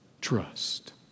trust